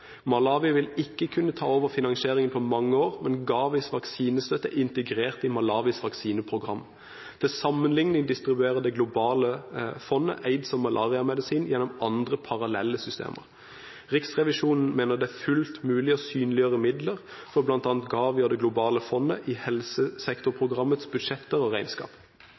vil ikke kunne ta over finansieringen på mange år med GAVIs vaksinestøtte integrert i Malawis vaksineprogram. Til sammenlikning distribuerer det globale fondet aids- og malariamedisin gjennom andre parallelle systemer. Riksrevisjonen mener det er fullt mulig å synliggjøre midler for bl.a. GAVI og Det globale fondet i helsesektorprogrammets budsjetter og regnskap.